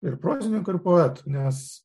ir prozininkų ir poetų nes